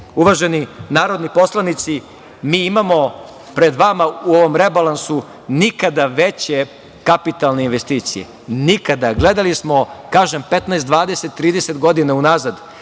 narodni poslanici, mi imamo pre vama u ovom rebalansu nikada veće kapitalne investicije, nikada. Gledali smo, kažem, 15,20, 30 godina unazad,